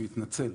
אני מתנצל.